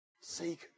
Seek